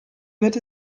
wird